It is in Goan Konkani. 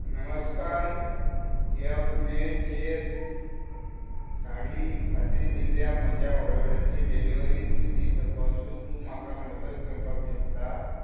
नमस्कार यफमे चेर साडी खातीर दिल्ल्या म्हज्या ऑर्डरीची डिलिव्हरी स्थिती तपासूंक तूं म्हाका मदत करपाक शकता